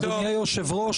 אדוני היושב-ראש,